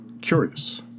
curious